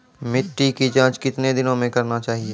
मिट्टी की जाँच कितने दिनों मे करना चाहिए?